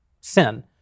sin